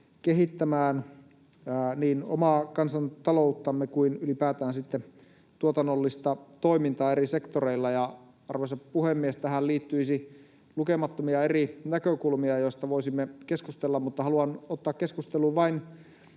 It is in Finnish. kehittämään niin omaa kansantalouttamme kuin ylipäätään sitten tuotannollista toimintaa eri sektoreilla. Ja, arvoisa puhemies, tähän liittyisi lukemattomia eri näkökulmia, joista voisimme keskustella, mutta haluan ottaa keskusteluun vain